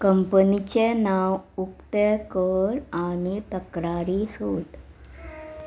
कंपनीचें नांव उक्तें कर आनी तक्रारी सोद